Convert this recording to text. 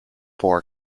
four